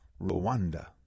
Rwanda